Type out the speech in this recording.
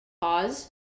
pause